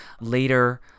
later